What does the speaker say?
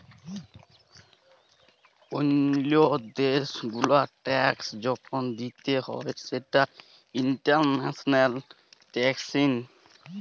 ওল্লো দ্যাশ গুলার ট্যাক্স যখল দিতে হ্যয় সেটা ইন্টারন্যাশনাল ট্যাক্সএশিন